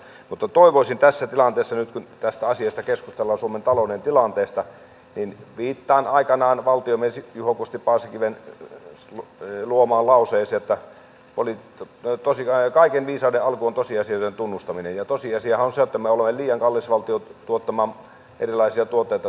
mutta tässä tilanteessa nyt kun tästä asiasta suomen talouden tilanteesta keskustellaan viittaan valtiomies juho kusti paasikiven aikanaan luomaan lauseeseen että kaiken viisauden alku on tosiasioiden tunnustaminen ja tosiasiahan on se että me olemme liian kallis valtio tuottamaan erilaisia tuotteita tuonne maailmalle